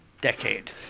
decade